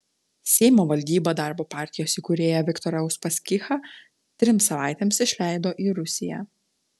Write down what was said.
seimo valdyba darbo partijos įkūrėją viktorą uspaskichą trims savaitėms išleido į rusiją